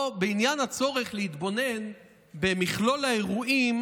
בעניין הצורך להתבונן במכלול האירועים,